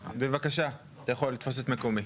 בבקשה, אתה יכול לתפוס את מקומי